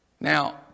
Now